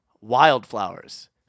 Wildflowers